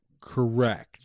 Correct